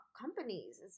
companies